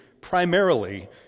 primarily